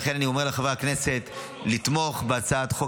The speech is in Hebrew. לכן אני אומר לחברי הכנסת לתמוך בהצעת החוק